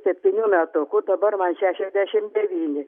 septynių metukų dabar man šešiasdešim devyni